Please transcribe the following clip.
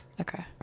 Okay